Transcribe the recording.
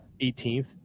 18th